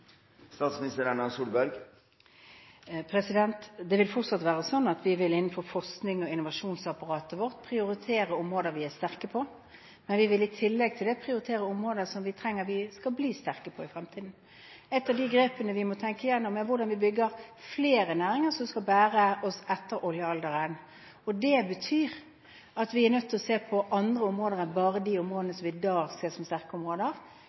Det vil fortsatt være slik at vi innenfor forsknings- og innovasjonsapparatet vårt vil prioritere områder vi er sterke på, men vi vil i tillegg til det prioritere områder som vi trenger å bli sterkere på i fremtiden. Et av de grepene vi må tenke gjennom, er hvordan vi bygger flere næringer som skal bære oss etter oljealderen. Det betyr at vi er nødt til å se på andre områder enn bare de områdene som vi i dag ser som sterke områder.